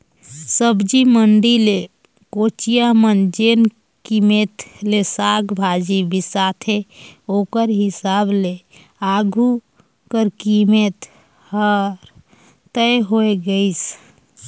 सब्जी मंडी ले कोचिया मन जेन कीमेत ले साग भाजी बिसाथे ओकर हिसाब ले आघु कर कीमेत हर तय होए गइस